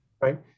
Right